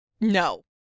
no